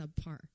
subpar